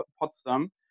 Potsdam